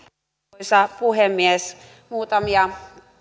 arvoisa puhemies muutamia